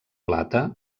plata